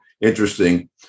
interesting